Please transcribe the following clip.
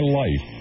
life